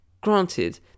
Granted